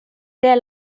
dès